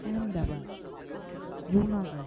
Ahmedabad Junagadh